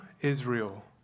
Israel